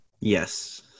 Yes